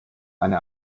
eine